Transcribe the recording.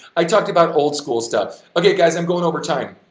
i talked about old-school stuff, okay, guys, i'm going overtime.